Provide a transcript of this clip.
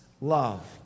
love